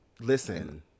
Listen